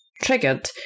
Triggered